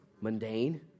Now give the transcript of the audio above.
Mundane